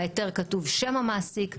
בהיתר כתוב שם המעסיק,